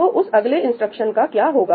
तो उस अगले इंस्ट्रक्शंस का क्या होगा